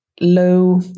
low